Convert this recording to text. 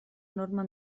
norma